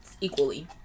equally